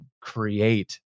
create